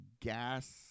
gas